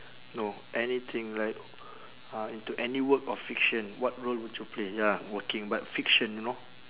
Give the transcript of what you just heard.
no anything like uh into any work of fiction what role would you play ya working but fiction you know